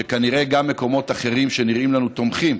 שכנראה גם מקומות אחרים בעולם, שנראים לנו תומכים,